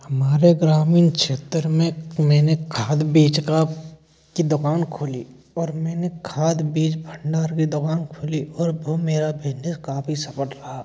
हमारे ग्रामीण क्षेत्र में मैंने खाद बीज का की दुकान खोली और मैंने खाद बीज भंडार की दुकान खोली और वो मेरा बिजनेस काफ़ी सफल रहा